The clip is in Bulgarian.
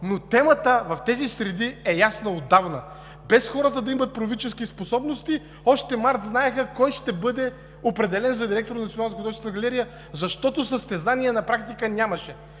но темата в тези среди е ясна отдавна. Без хората да имат пророчески способности, още март знаеха кой ще бъде определен за директор на Националната художествена галерия, защото състезание на практика нямаше.